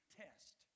test